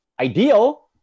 ideal